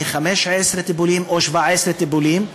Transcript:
15 טיפולים או 17 טיפולים,